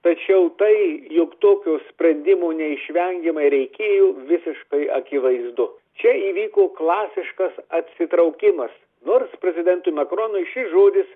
tačiau tai jog tokio sprendimo neišvengiamai reikėjo visiškai akivaizdu čia įvyko klasiškas atsitraukimas nors prezidentui makronui šis žodis